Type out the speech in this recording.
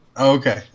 Okay